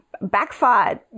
backfired